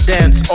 Dance